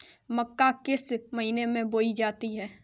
मक्का किस महीने में बोई जाती है?